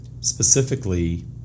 specifically